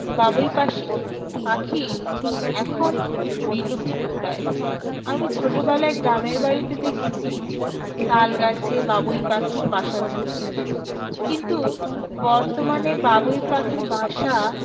বাবুই পাশি পাখি এখন বিলুপ্ত প্রায় আমি ছোটোবেলায় গ্রামের বাড়িতে দেখেছি তাল গাছে বাবুই পাখির বাসা ঝুলছে কিন্তু বর্তমানে বাবুই পাখির বাসা